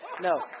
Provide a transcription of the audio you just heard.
No